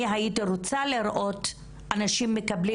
אני הייתי רוצה לראות אנשים מקבלים